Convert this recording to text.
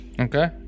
Okay